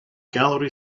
gallery